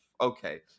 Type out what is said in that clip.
okay